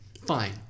Fine